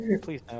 Please